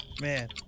Man